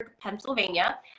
Pennsylvania